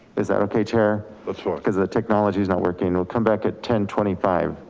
is that okay chair? that's fine. cause the technology is not working. we'll come back at ten twenty five.